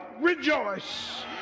rejoice